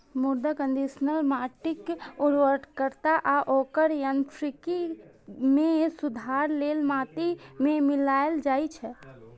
मृदा कंडीशनर माटिक उर्वरता आ ओकर यांत्रिकी मे सुधार लेल माटि मे मिलाएल जाइ छै